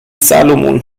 salomon